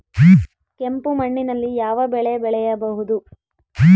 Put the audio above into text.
ಕೆಂಪು ಮಣ್ಣಿನಲ್ಲಿ ಯಾವ ಬೆಳೆ ಬೆಳೆಯಬಹುದು?